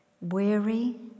weary